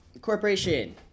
corporation